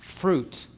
fruit